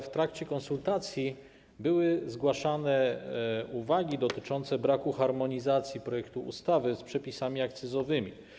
W trakcie konsultacji były jednak zgłaszane uwagi dotyczące braku harmonizacji projektu ustawy z przepisami akcyzowymi.